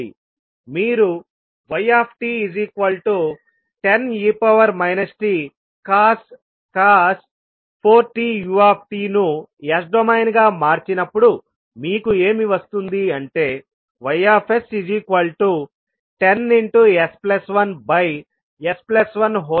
మీరు yt10e tcos 4tutను S domain గా మార్చినప్పుడు మీకు ఏమి వస్తుంది అంటే Ys10s1s1242 ఇక్కడ ω4